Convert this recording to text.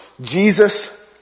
Jesus